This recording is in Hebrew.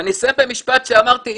ואני אסיים במשפט שאמרתי,